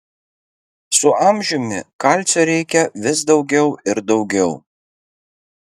su amžiumi kalcio reikia vis daugiau ir daugiau